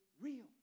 real